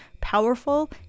powerful